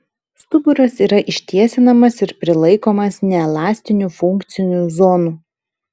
stuburas yra ištiesinamas ir prilaikomas neelastinių funkcinių zonų